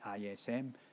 ISM